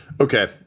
Okay